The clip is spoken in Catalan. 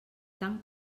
tant